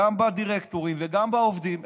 גם בדירקטורים וגם בעובדים,